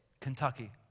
Kentucky